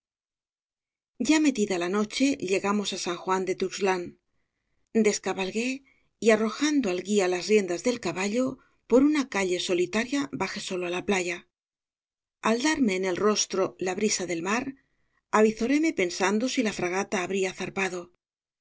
a metida la noche llegamos á san juan de tuxtlan descabalgué y arrojando al guía las riendas del caballo por una calle solitaria bajé solo á la playa al darme en el rostro la brisa del mar avizóreme pensando si la fragata habría zarpado